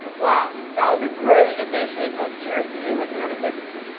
wow. that was a great addition of cheers to you with hannah dickinson.